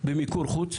במיקור חוץ,